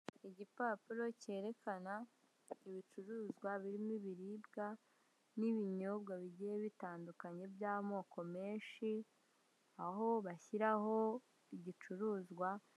Igipapuro cyerekana ibicuruzwa birimo ibiribwa n'ibinyobwa bigiye bitandukanye by'amoko menshi, aho bashyiraho igicuruzwa